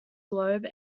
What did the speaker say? globe